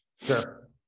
Sure